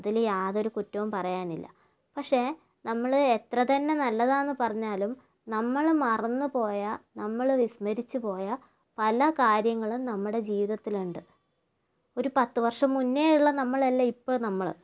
അതിൽ യാതൊരു കുറ്റവും പറയാനില്ല പക്ഷെ നമ്മൾ എത്രതന്നെ നല്ലതാണെന്ന് പറഞ്ഞാലും നമ്മൾ മറന്ന് പോയ നമ്മൾ വിസ്മരിച്ച് പോയ പല കാര്യങ്ങളും നമ്മുടെ ജീവിതത്തിലുണ്ട് ഒരു പത്ത് വർഷം മുന്നേ ഉള്ള നമ്മളല്ല ഇപ്പോൾ നമ്മൾ